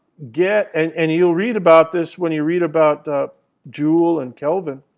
get and and you'll read about this when you read about joule and kelvin,